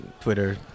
Twitter